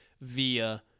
via